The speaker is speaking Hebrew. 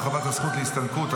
הרחבת הזכות להסתלקות),